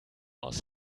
aus